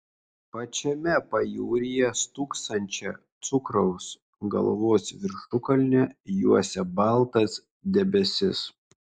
pačiame pajūryje stūksančią cukraus galvos viršukalnę juosia baltas debesis